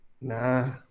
Nah